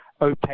OPEC